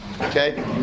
okay